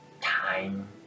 time